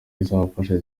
izabafasha